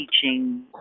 teaching